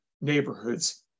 neighborhoods